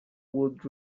would